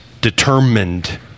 determined